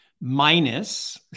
minus